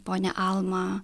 ponia alma